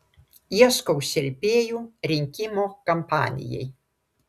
ieškau šelpėjų rinkimų kampanijai